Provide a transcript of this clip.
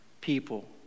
people